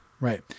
Right